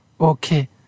Okay